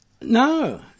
No